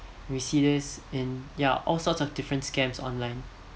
we see this in ya all sorts of different scams online